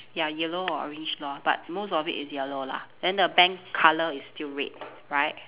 ya yellow or orange lor but most of it is yellow lah then the bank colour is still red right